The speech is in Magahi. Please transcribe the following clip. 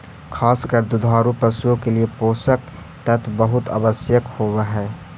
खास कर दुधारू पशुओं के लिए पोषक तत्व बहुत आवश्यक होवअ हई